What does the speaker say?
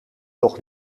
toch